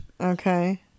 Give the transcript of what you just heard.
Okay